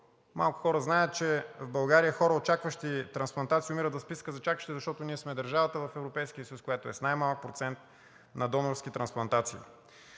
Малко хора знаят, че в България хората, очакващи трансплантации, умират в списъка за чакащи, защото ние сме държавата в Европейския съюз, която е с най-малък процент на донорски трансплантации.